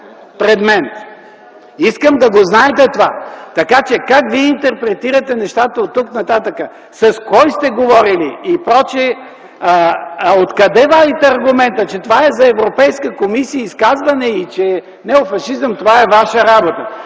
пред мен. Искам да го знаете това. Така че как вие интерпретирате нещата оттук нататък, с кой сте говорили и пр., откъде вадите аргумента, че това е за Европейската комисия изказване и че е неофашизъм, си е ваша работа.